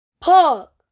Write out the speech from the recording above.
park